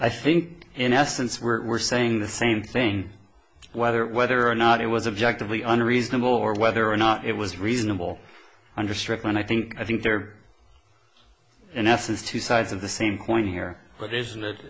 i think in essence we're saying the same thing whether whether or not it was objective lee unreasonable or whether or not it was reasonable under strickland i think i think they're in essence two sides of the same coin here but isn't it